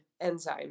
enzyme